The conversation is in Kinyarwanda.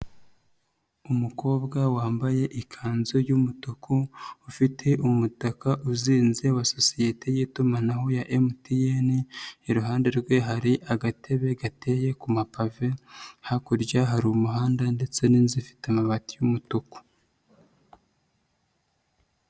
Umukobwa wambaye ikanzu y'umutuku, ufite umutaka uzinze wa sosiyete y'itumanaho ya MTN, iruhande rwe hari agatebe gateye ku mapave, hakurya hari umuhanda ndetse n'inzu ifite amabati y'umutuku.